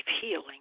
healing